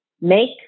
make